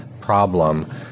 problem